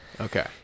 Okay